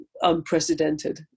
unprecedented